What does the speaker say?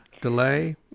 Delay